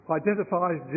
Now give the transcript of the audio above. identifies